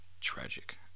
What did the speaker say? tragic